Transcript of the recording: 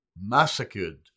massacred